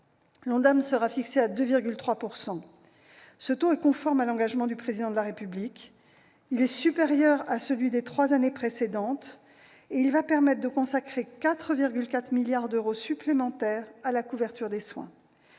Il sera fixé à 2,3 %. Ce taux est conforme à l'engagement du Président de la République. Il est supérieur à celui des trois années précédentes et permettra de consacrer 4,4 milliards d'euros supplémentaires à la couverture des soins.